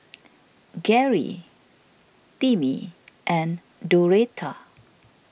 Garey Timmie and Doretta